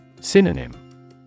Synonym